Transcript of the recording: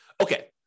Okay